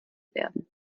werden